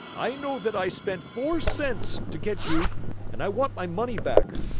i know that i spent four cents to get you and i want my money back.